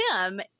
Tim